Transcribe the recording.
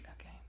okay